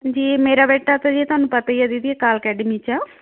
ਦੀ ਮੇਰਾ ਬੇਟਾ ਤਾਂ ਜੀ ਤੁਹਾਨੂੰ ਪਤਾ ਹੀ ਹੈ ਦੀਦੀ ਅਕਾਲ ਅਕੈਡਮੀ 'ਚ ਆ